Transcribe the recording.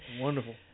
Wonderful